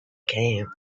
camp